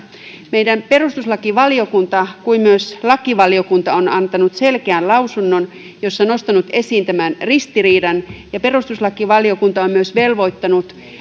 meidän perustuslakivaliokunta niin kuin myös lakivaliokunta on antanut selkeän lausunnon jossa on nostanut esiin tämän ristiriidan perustuslakivaliokunta on myös velvoittanut